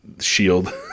Shield